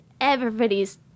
everybody's